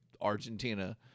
Argentina